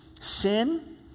Sin